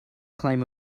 climb